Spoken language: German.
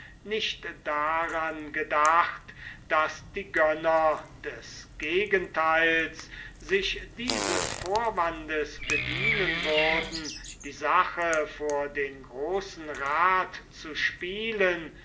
nicht daran gedacht daß die gönner des gegenteils sich dieses vorwandes bedienen würden die sache vor den großen rat zu spielen